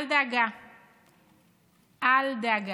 אל דאגה.